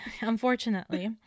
Unfortunately